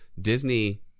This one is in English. Disney